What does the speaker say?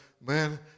Man